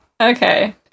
Okay